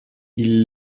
ils